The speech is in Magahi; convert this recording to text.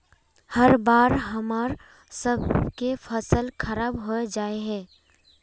हर बार हम्मर सबके फसल खराब होबे जाए है?